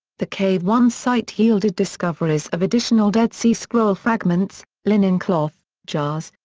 the cave one site yielded discoveries of additional dead sea scroll fragments, linen cloth, jars,